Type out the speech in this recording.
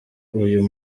uyu